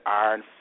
iron